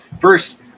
first